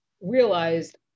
realized